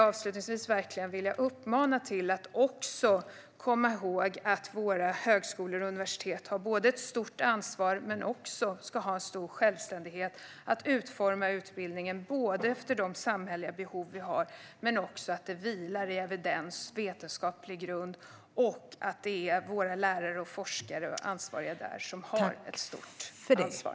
Avslutningsvis skulle jag vilja uppmana till att komma ihåg att våra högskolor och universitet har ett stort ansvar men att de också ska ha stor självständighet att utforma utbildningen efter de samhälleliga behov vi har, samtidigt som den vilar på evidens och vetenskaplig grund, och att våra lärare och forskare och de ansvariga där har ett stort ansvar.